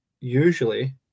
Usually